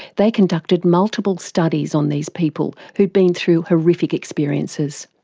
they conducted multiple studies on these people who'd been through horrific experiences.